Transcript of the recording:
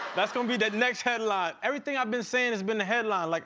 that's gonna be that next headline. everything i've been saying has been a headline. like